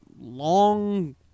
Long